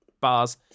bars